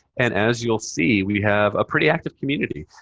and as you'll see, we have a pretty active community.